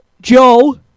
Joe